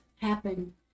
happen